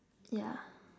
yeah